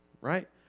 right